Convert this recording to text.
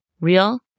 real